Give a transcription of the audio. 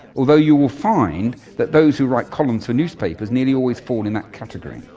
although you will find that those who write columns for newspapers nearly always fall in that category.